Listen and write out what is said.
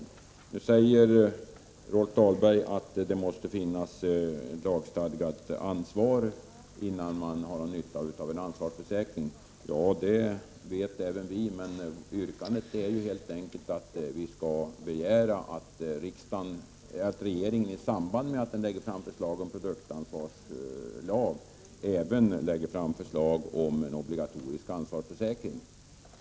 Rolf Dahlberg säger nu att det måste finnas ett lagstadgat ansvar innan man har någon nytta av en ansvarsförsäkring. Ja, det vet även vi. Men yrkandet går helt enkelt ut på att vi skall begära att regeringen i samband med att den lägger fram förslag om en produktansvarslag även lägger fram förslag om en obligatorisk ansvarsförsäkring.